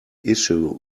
issue